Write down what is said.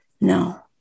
no